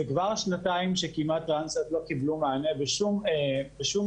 זה כבר כמעט שנתיים שטרנסיות לא קיבלו מענה בשום מקום.